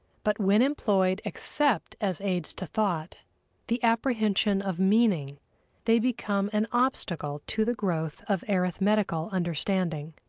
but when employed except as aids to thought the apprehension of meaning they become an obstacle to the growth of arithmetical understanding.